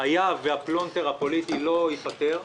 היה והפלונטר הפוליטי לא ייפתר,